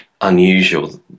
unusual